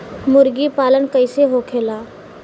मुर्गी पालन कैसे होखेला?